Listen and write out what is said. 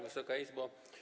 Wysoka Izbo!